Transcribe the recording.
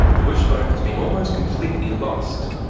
the wishbone has been almost completely lost.